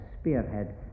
spearhead